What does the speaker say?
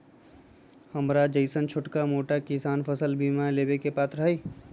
हमरा जैईसन छोटा मोटा किसान फसल बीमा लेबे के पात्र हई?